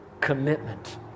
commitment